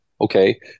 Okay